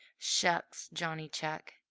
shucks, johnny chuck!